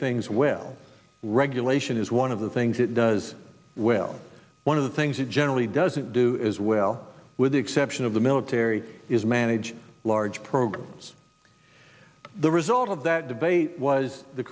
things well regulation is one of the things it does well one of the things that generally doesn't do as well with the exception of the military is manage large programs the result of that debate was the